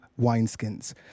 wineskins